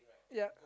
yup